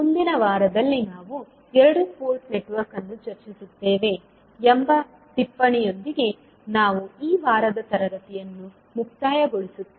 ಮುಂದಿನ ವಾರದಲ್ಲಿ ನಾವು 2 ಪೋರ್ಟ್ ನೆಟ್ವರ್ಕ್ ಅನ್ನು ಚರ್ಚಿಸುತ್ತೇವೆ ಎಂಬ ಟಿಪ್ಪಣಿಯೊಂದಿಗೆ ನಾವು ಈ ವಾರದ ತರಗತಿಯನ್ನು ಮುಕ್ತಾಯ ಗೊಳಿಸುತ್ತೇವೆ